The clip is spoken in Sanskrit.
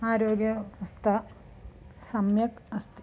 आरोग्यव्यवस्था सम्यक् अस्ति